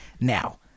Now